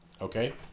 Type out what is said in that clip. Okay